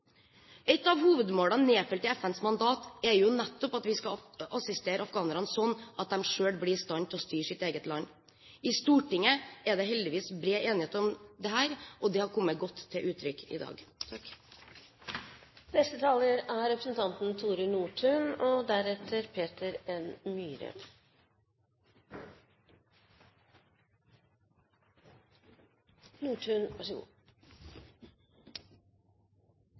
Et av hovedmålene nedfelt i FNs mandat er jo nettopp at vi skal assistere afghanerne slik at de selv blir i stand til å styre sitt eget land. I Stortinget er det heldigvis bred enighet om dette, og det har kommet godt til uttrykk i dag. Som vi kjenner til, er